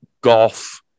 golf